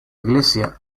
iglesia